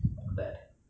all that